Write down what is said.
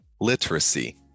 literacy